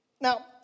Now